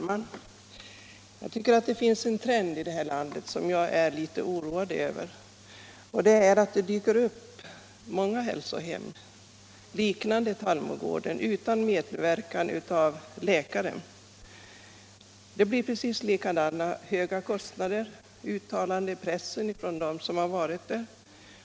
Herr talman! Det finns en trend i det här landet som jag är litet oroad över, nämligen att det allt oftare dyker upp hälsohem liknande Tallmogården, som drivs utan medverkan av läkare. Bilden är alltid precis densamma: behandlingen betingar höga kostnader och det förekommer uttalanden i pressen från personer som vistats på inrättningarna.